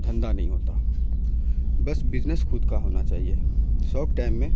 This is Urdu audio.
دھندہ نہیں ہوتا بس بزنس خود کا ہونا چاہیے سوک ٹائم میں